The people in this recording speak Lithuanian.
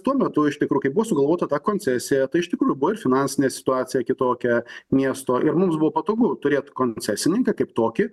tuo metu iš tikrųjų kai buvo sugalvota ta koncesija tai iš tikrųjų buvo ir finansinė situacija kitokia miesto ir mums buvo patogu turėt koncesininką kaip tokį